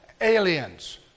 aliens